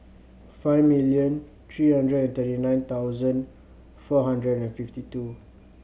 five million three hundred and thirty nine thousand four hundred and fifty two